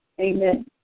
Amen